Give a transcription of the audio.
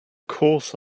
course